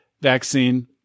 vaccine